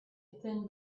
thin